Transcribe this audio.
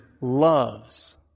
loves